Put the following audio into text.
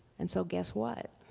and so, guess what?